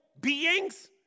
beings